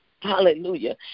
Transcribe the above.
Hallelujah